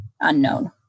unknown